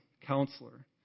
Counselor